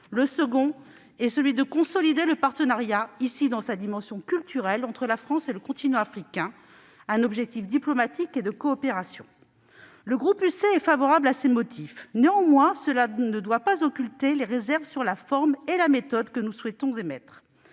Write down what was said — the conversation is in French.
le second est de consolider le partenariat, ici dans sa dimension culturelle, entre la France et le continent africain- il s'agit donc d'un objectif diplomatique et de coopération. Le groupe Union Centriste est favorable à ces motifs, mais cet accord de fond ne doit pas occulter les réserves sur la forme et la méthode que nous souhaitons émettre.